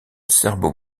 serbo